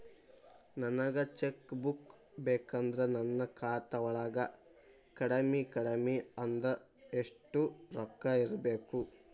ನನಗ cheque book ಬೇಕಂದ್ರ ನನ್ನ ಖಾತಾ ವಳಗ ಕಡಮಿ ಕಡಮಿ ಅಂದ್ರ ಯೆಷ್ಟ್ ರೊಕ್ಕ ಇರ್ಬೆಕು?